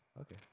Okay